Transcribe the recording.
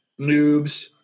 noobs